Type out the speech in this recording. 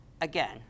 Again